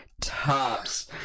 Tops